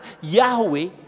Yahweh